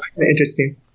Interesting